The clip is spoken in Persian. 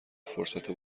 فرصت